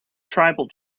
tribal